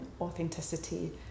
authenticity